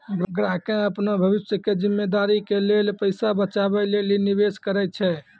ग्राहकें अपनो भविष्य के जिम्मेदारी के लेल पैसा बचाबै लेली निवेश करै छै